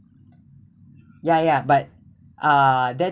yeah yeah but ah that